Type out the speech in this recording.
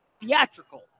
theatrical